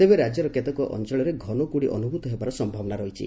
ତେବେ ରାଜ୍ୟର କେତେକ ଅଅଳରେ ଘନକୁହୁଡ଼ି ଅନୁଭ୍ରତ ହେବାର ସମ୍ଭାବନା ରହିଛି